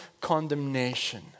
condemnation